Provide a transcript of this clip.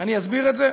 אני אסביר את זה.